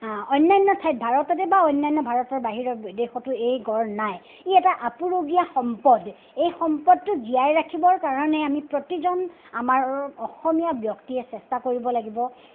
অন্যান্য় ঠাইত ভাৰততে বা অন্যান্য় ভাৰতৰ বাহিৰত বিদেশতো এই গঁড় নাই ই এটা আপুৰুগীয়া সম্পদ এই সম্পদটো জীয়াই ৰাখিবৰ কাৰণে আমি প্ৰতিজন আমাৰ অসমীয়া ব্যক্তিয়ে চেষ্টা কৰিব লাগিব